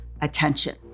attention